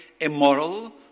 immoral